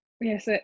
yes